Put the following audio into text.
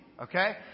okay